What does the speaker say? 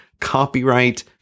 copyright